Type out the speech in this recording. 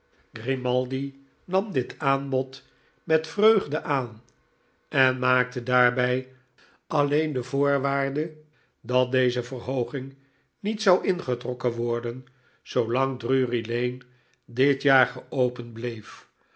grimaldi nam dit aan bod met vreugde aan en maakte daarbij alleen de voorwaarde dat deze verhooging niet zou ingetrokken worden zoolang drury-lane dit jaar geopend bleef